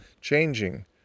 Changing